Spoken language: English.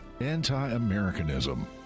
anti-Americanism